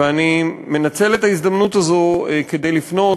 ואני מנצל את ההזדמנות הזו כדי לפנות,